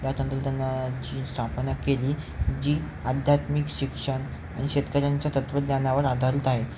या तंत्रज्ञानाची स्थापना केली जी आध्यात्मिक शिक्षण आणि शेतकऱ्यांच्या तत्वज्ञानावर आधारीत आहे